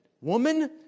woman